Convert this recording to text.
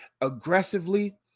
Aggressively